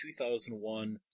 2001